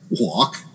walk